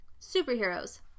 superheroes